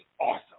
awesome